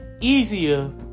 easier